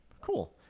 cool